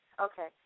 okay